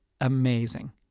amazing